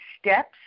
steps